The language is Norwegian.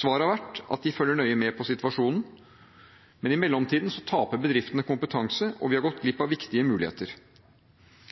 Svaret har vært at de følger nøye med på situasjonen, men i mellomtiden taper bedriftene kompetanse, og vi har gått glipp av viktige muligheter.